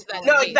No